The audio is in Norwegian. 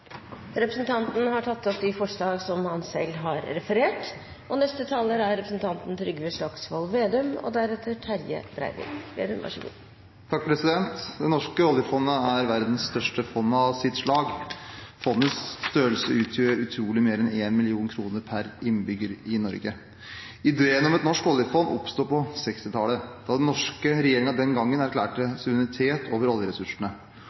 Representanten Hans Olav Syversen har tatt opp de forslagene han refererte til. Det norske oljefondet er verdens største fond av sitt slag. Fondets størrelse utgjør utrolige mer enn 1 mill. kr per innbygger i Norge. Ideen om et norsk oljefond oppsto på 1960-tallet da den norske regjeringen den gang erklærte suverenitet over oljeressursene.